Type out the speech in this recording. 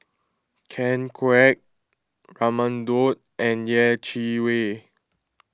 Ken Kwek Raman Daud and Yeh Chi Wei